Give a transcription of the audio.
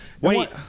Wait